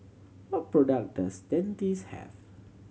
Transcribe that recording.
what product does Dentiste have